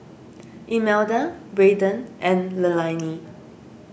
Imelda Braden and Leilani